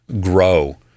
grow